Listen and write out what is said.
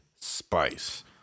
spice